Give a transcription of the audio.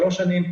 שלוש שנים.